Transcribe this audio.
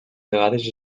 vegades